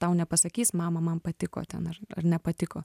tau nepasakys mama man patiko ten ar ar nepatiko